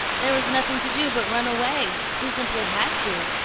there was nothing to do but run away. he simply had to.